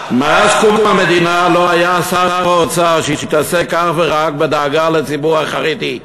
מאז קום המדינה לא היה שר אוצר שהתעסק אך ורק בדאגה לציבור החרדי.